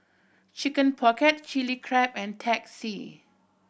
Chicken Pocket Chilli Crab and Teh C